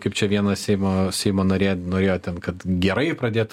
kaip čia viena seimo seimo narė norėjo ten kad gerai pradėtų